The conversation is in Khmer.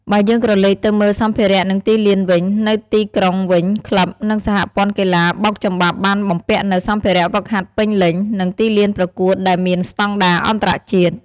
បើយើងក្រឡេកទៅមើល សម្ភារៈ និងទីលានវិញ នៅទីក្រុងវិញ ក្លឹប និងសហព័ន្ធកីឡាបោកចំបាប់បានបំពាក់នូវ សម្ភារៈហ្វឹកហាត់ពេញលេញ និងទីលានប្រកួតដែលមានស្តង់ដារអន្តរជាតិ។